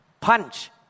Punch